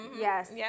yes